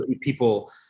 people